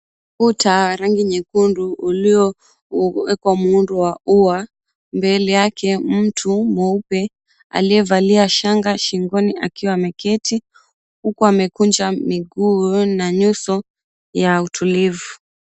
Ukuta wa rangi nyekundu uliowekwa muundo wa ua. Mbele yake mtu mweupe aliyevalia shanga shingoni akiwa ameketi huku amekunja miguu na nyuso ya utulivu.